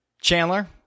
Chandler